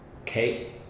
Okay